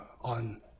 on